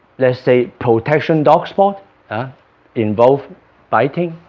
let's say protection dog sports ah involve biting,